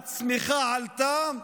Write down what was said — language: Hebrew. הצמיחה עלתה,